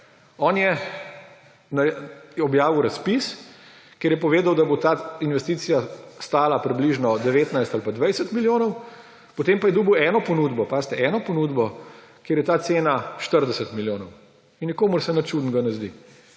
on je objavil razpis, kjer je povedal, da bo ta investicija stala približno 19 ali 20 milijonov, potem pa je dobil eno ponudbo, pazite, eno ponudbo, kjer je ta cena 40 milijonov. In nikomur se nič čudnega ne zdi.